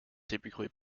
typically